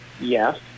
yes